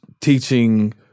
teaching